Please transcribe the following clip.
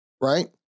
right